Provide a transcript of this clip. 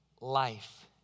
life